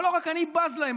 אבל לא רק אני בז להם,